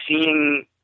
seeing